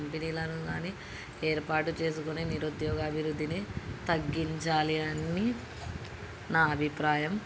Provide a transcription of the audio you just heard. కంపెనీలను కానీ ఏర్పాటు చేసుకుని నిరుద్యోగ అభివృద్ధిని తగ్గించాలి అని నా అభిప్రాయం